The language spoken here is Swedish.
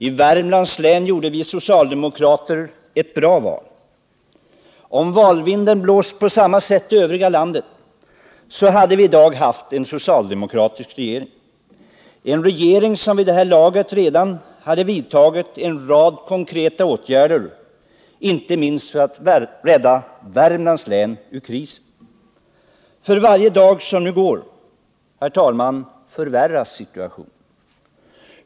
I Värmlands län gjorde vi socialdemokrater ett bra val. Om valvinden blåst på samma sätt i övriga landet, så hade vi i dag haft en socialdemokratisk regering — en regering som vid det här laget redan hade vidtagit en rad konkreta åtgärder, inte minst för att rädda Värmlands län ur krisen. För varje dag som går, herr talman, förvärras situationen.